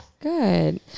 good